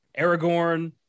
Aragorn